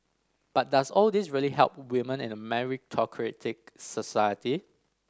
but does all this really help women in a meritocratic society